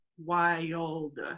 wild